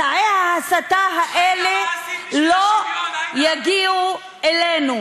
מסעי ההסתה האלה לא יגיעו אלינו.